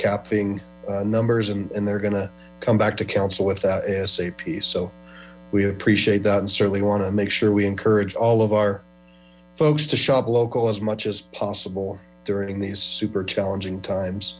capping numbers and they're going to come back to council with that a s a p so we appreciate that and certainly want to make sure we encourage all of our folks to shop local as much as possible during these super challenging times